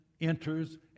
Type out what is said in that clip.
enters